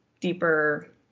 deeper